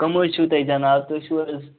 کم حظ چھو تُہۍ جناب تُہۍ چھو حظ